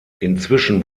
inzwischen